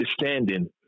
understanding